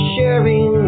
Sharing